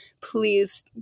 please